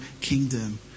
kingdom